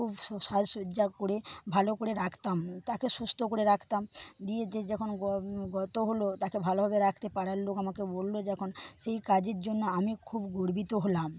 খুব সাজসজ্জা করে ভালো করে রাখতাম তাকে সুস্থ করে রাখতাম দিয়ে যে যখন গত হল তাকে ভালোভাবে রাখতে পাড়ার লোক আমাকে বলল যখন সেই কাজের জন্য আমি খুব গর্বিত হলাম